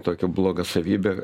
tokią blogą savybę